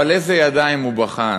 אבל איזה ידיים הוא בחן?